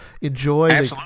Enjoy